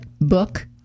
book